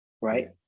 right